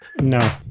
No